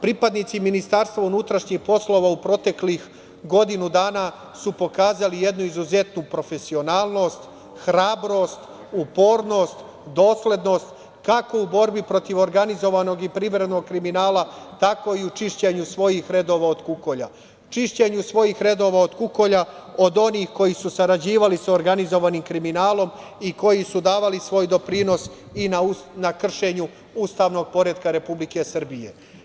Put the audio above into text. Pripadnici Ministarstva unutrašnjih poslova u proteklih godinu dana su pokazali jednu izuzetnu profesionalnost, hrabrost, upornost, doslednost kako u borbi protiv organizovanog i privrednog kriminala, tako i u čišćenju svojih redova od kukolja, čišćenju svojih redova od kukolja, od onih koji su sarađivali sa organizovanim kriminalom i koji su davali svoj doprinos i na kršenju ustavnog poretka Republike Srbije.